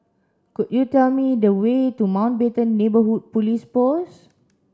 could you tell me the way to Mountbatten Neighbourhood Police Post